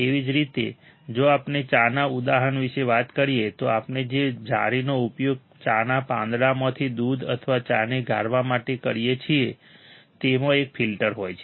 એવી જ રીતે જો આપણે ચાના ઉદાહરણ વિશે વાત કરીએ તો આપણે જે જાળીનો ઉપયોગ ચાના પાંદડામાંથી દૂધ અથવા ચાને ગાળવા માટે કરીએ છીએ તેમાં એક ફિલ્ટર હોય છે